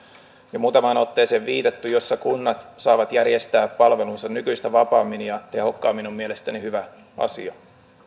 jo muutamaan otteeseen viitattu jossa kunnat saavat järjestää palvelunsa nykyistä vapaammin ja tehokkaammin on mielestäni hyvä asia